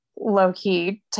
low-key